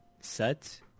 set